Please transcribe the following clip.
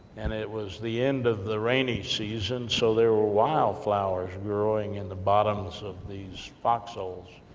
and it was the end of the rainy season, so there were wild flowers growing in the bottoms of these foxholes,